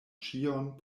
ĉion